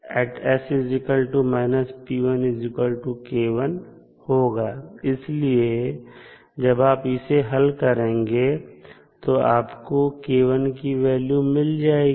इसलिए जब आप इसे हल करेंगे तो आपको k1 की वैल्यू मिल जाएगी